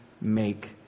make